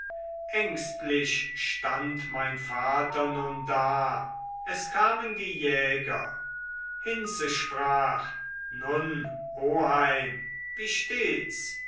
ängstlich stand mein vater nun da es kamen die jäger hinze sprach nun oheim